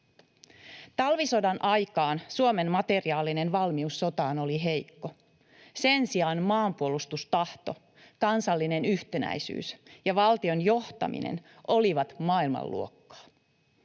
Talvisodan aikaan Suomen materiaalinen valmius sotaan oli heikko. Sen sijaan maanpuolustustahto, kansallinen yhtenäisyys ja valtion johtaminen olivat maailmanluokkaa.